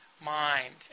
mind